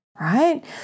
right